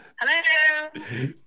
hello